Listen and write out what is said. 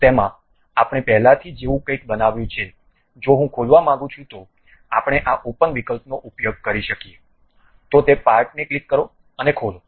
તેમાં આપણે પહેલાથી જેવું કંઈક બનાવ્યું છે જો હું ખોલવા માંગું છું તો આપણે આ ઓપન વિકલ્પનો ઉપયોગ કરી શકીએ તો તે પાર્ટને ક્લિક કરો અને ખોલો